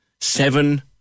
seven